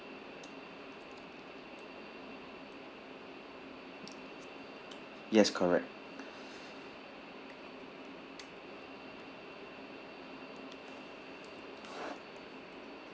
yes correct